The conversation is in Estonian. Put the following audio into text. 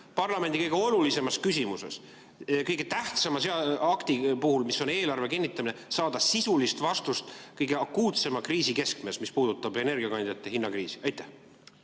parlamendi kõige olulisemas küsimuses, kõige tähtsama akti puhul, milleks on eelarve kinnitamine, saada sisulist vastust kõige akuutsema kriisi keskmes, mis puudutab energiakandjate hinnakriisi? Ma